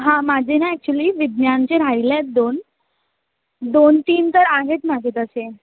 हां माझे ना ॲक्च्युली विज्ञानाचे राहिले आहेत दोन दोन तीन तर आहेत माझे तसे